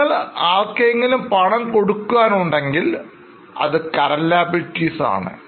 നിങ്ങൾ ആർക്കെങ്കിലും പണം കൊടുക്കുവാൻ ഉണ്ടെങ്കിൽ അത് Current Liabilities ആണ്